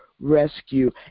Rescue